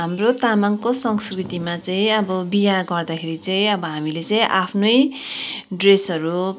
हाम्रो तामाङको संस्कृतिमा चाहिँ अब बिहा गर्दाखेरि चाहिँ अब हामीले चाहिँ आफ्नै ड्रेसहरू